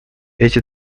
эти